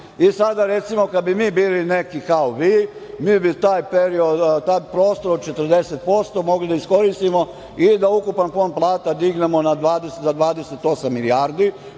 i sada, recimo, kad bi mi bili neki kao vi, mi bi taj prostor od 40% mogli da iskoristimo i da ukupan fond plata dignemo za 28 milijardi